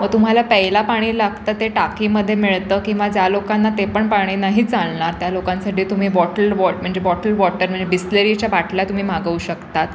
मग तुम्हाला प्यायला पाणी लागतं ते टाकीमध्ये मिळतं किंवा ज्या लोकांना ते पण पाणी नाही चालणार त्या लोकांसाठी तुम्ही बॉटल वॉ म्हणजे बॉटल वॉटर म्हणजे बिस्लेरीच्या बाटल्या तुम्ही मागवू शकतात